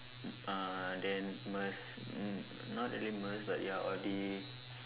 mm uh then Mers n~ not really Mers but ya Audi